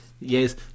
yes